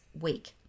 week